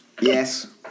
Yes